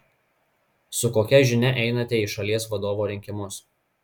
su kokia žinia einate į šalies vadovo rinkimus